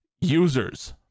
users